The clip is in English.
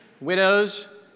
widows